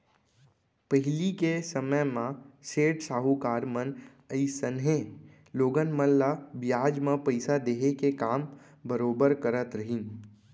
पहिली के समे म सेठ साहूकार मन अइसनहे लोगन मन ल बियाज म पइसा देहे के काम बरोबर करत रहिन